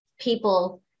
people